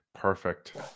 Perfect